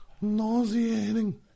Nauseating